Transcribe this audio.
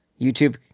YouTube